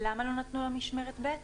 למה לא נתנו לה משמרת ב'?